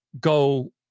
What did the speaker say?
go